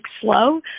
slow